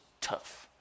tough